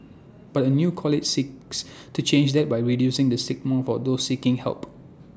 but A new college seeks to change that by reducing the stigma for those seeking help